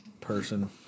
person